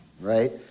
right